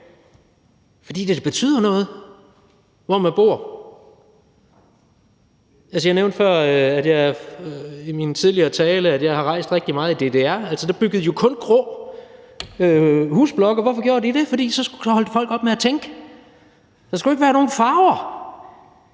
fordi det betyder noget, hvor man bor. Jeg nævnte før i min tidligere tale, at jeg har rejst rigtig meget i DDR. Der byggede de jo kun en grå husblokke. Hvorfor gjorde de det? For så holdt folk op med at tænke. Der skulle ikke være nogen farver.